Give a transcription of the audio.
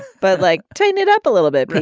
but like tighten it up a little bit.